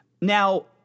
now